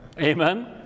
Amen